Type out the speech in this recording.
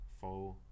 four